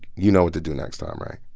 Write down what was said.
you know what to do next time, right?